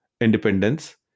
independence